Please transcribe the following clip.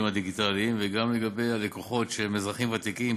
הדיגיטליים וגם לגבי הלקוחות שהם אזרחים ותיקים,